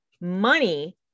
money